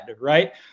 right